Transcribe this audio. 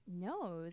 No